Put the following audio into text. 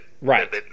Right